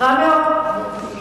אבל מעט.